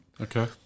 Okay